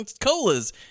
colas